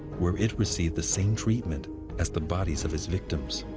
where it received the same treatment as the bodies of his victims.